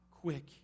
quick